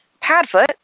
Padfoot